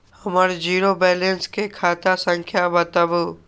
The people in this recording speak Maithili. हमर जीरो बैलेंस के खाता संख्या बतबु?